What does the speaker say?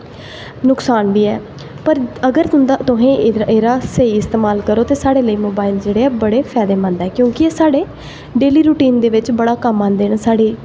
नुकसान बी ऐ पर अगर तुसें एह्दा स्हेई इस्तेमाल करो ते साढ़े लेई मोबाइल जेह्ड़े बड़े फैदेमंद ऐ क्योंकि साढ़े डेली रूटीन दे बिच बड़े कम्म आंदे न साढ़े